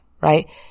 right